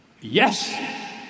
yes